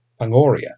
Pangoria